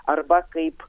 arba kaip